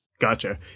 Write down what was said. Gotcha